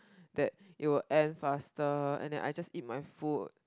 that it will end faster and then I just eat my food